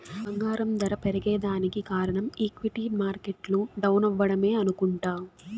బంగారం దర పెరగేదానికి కారనం ఈక్విటీ మార్కెట్లు డౌనవ్వడమే అనుకుంట